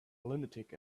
lunatic